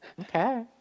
Okay